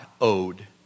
owed